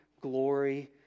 glory